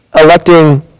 electing